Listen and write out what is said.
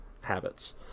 habits